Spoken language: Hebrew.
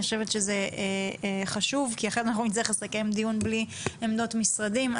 אני חושבת שזה חשוב כי אחרת אנחנו נצטרך לסכם דיון בלי עמדות משרדים.